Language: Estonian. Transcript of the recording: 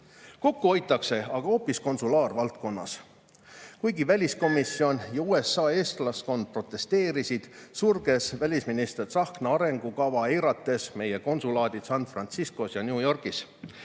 hoitakse aga hoopis konsulaarvaldkonnas. Kuigi väliskomisjon ja USA eestlaskond protesteerisid, sulges välisminister Tsahkna arengukava eirates meie konsulaadid San Franciscos ja New Yorgis.